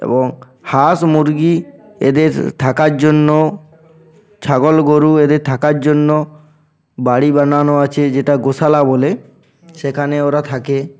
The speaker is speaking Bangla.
এবং হাঁস মুরগি এদের থাকার জন্য ছাগল গরু এদের থাকার জন্য বাড়ি বানানো আছে যেটা গোসালা বলে সেখানে ওরা থাকে